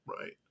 Right